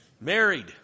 Married